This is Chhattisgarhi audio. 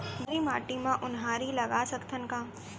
भर्री माटी म उनहारी लगा सकथन का?